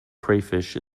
crayfish